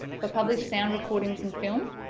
for published sound recordings and film,